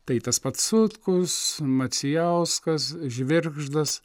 tai tas pats sutkus macijauskas žvirgždas